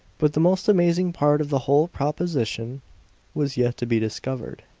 but the most amazing part of the whole proposition was yet to be discovered.